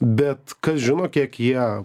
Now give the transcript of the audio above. bet kas žino kiek jie